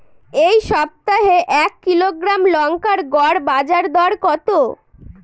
এই সপ্তাহে এক কিলোগ্রাম লঙ্কার গড় বাজার দর কত?